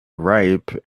ripe